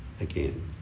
again